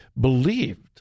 believed